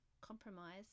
compromise